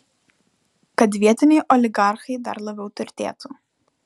kad vietiniai oligarchai dar labiau turtėtų